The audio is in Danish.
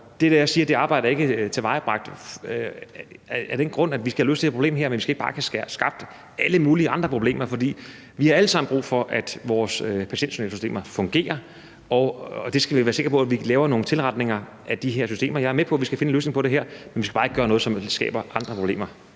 det arbejde ikke er tilvejebragt. For vi skal have løst det her problem, men vi skal ikke bare have skabt alle mulige andre problemer. For vi har alle sammen brug for, at vores patientjournalsystemer fungerer, og det skal vi jo være sikre på, når vi laver nogle tilretninger af de her systemer. Jeg er med på, at vi skal finde en løsning på det her, men vi skal bare ikke gøre noget, som skaber andre problemer.